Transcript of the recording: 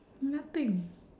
nothing